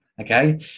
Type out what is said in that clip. okay